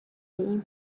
این